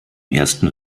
ersten